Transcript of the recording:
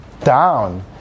down